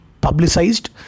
publicized